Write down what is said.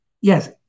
Yes